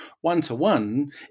one-to-one